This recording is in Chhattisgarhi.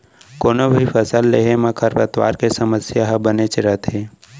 कोनों भी फसल लेहे म खरपतवार के समस्या ह बनेच रथे